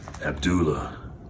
Abdullah